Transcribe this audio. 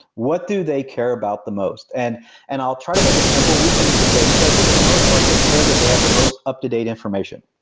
what do they care about the most? and and i'll try to make it simple and we can debate, but i think for the most part they care that they have the most up-to-date information.